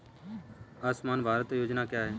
आयुष्मान भारत योजना क्या है?